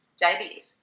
Diabetes